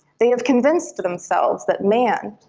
they have convinced themselves that man,